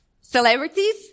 celebrities